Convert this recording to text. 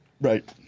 Right